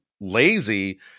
lazy